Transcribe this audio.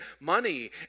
Money